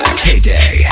K-Day